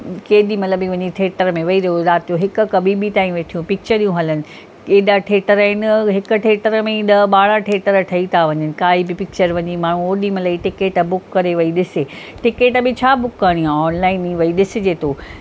केॾीमहिल बि वञीं ठेटर में वेई रहो राति जो हिकु हिकु ॿीं ॿीं ताईं वेठियूं पिक्चरूं हलनि एॾा ठेटर आहिनि हिक ठेटर में ई ॾह ॿारहं ठेटर ठही वञनि काई बि पिक्चर माण्हूं ओॾीमल ई टिकेट बुक करे वेही ॾिसे टिकेट बि छा बुक करिणी आहे ऑनलाइन ई वेई ॾिसिजे थो